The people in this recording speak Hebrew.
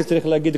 אני צריך להגיד,